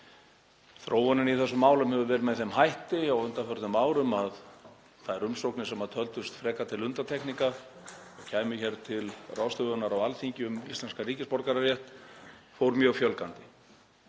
Þróunin í þessum málum hefur verið með þeim hætti á undanförnum árum að þeim umsóknum sem töldust frekar til undantekninga og komu til ráðstöfunar á Alþingi um íslenskan ríkisborgararétt fór mjög fjölgandi,